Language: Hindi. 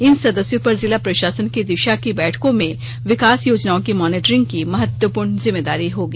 इन सदस्यों पर जिला प्रशासन की दिशा की बैठकों में विकास योजनाओं की मॉनिटरिंग की महत्वपूर्ण जिम्मेदारी होगी